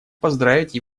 поздравить